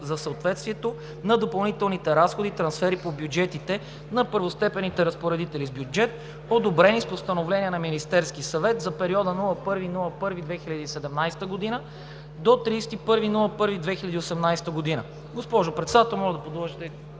за съответствието на допълнителните разходи/трансфери по бюджетите на първостепенните разпоредители с бюджет, одобрени с постановления на Министерския съвет, за периода от 1 януари 2017 г. до 31 януари 2018 г.“ Госпожо Председател, моля да подложите